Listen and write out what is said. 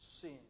sin